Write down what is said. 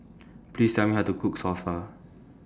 Please Tell Me How to Cook Salsa